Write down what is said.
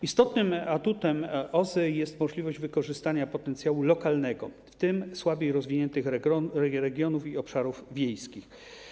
Istotnym atutem OZE jest możliwość wykorzystania potencjału lokalnego, w tym słabiej rozwiniętych regionów i obszarów wiejskich.